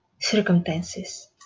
circumstances